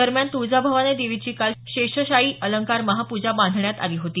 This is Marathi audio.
दरम्यान तुळजाभवानी देवीची काल शेषशायी अलंकार महापूजा बांधण्यात आली होती